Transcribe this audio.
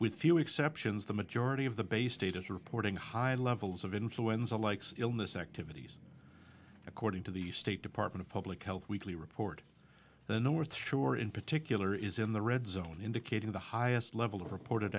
with few exceptions the majority of the bay state is reporting high levels of influenza like illness activities according to the state department of public health weekly report the north shore in particular is in the red zone indicating the highest level of reported